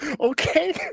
okay